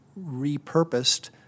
repurposed